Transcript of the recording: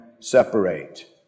Separate